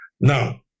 Now